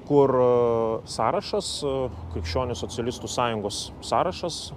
kur sąrašas krikščionių socialistų sąjungos sąrašas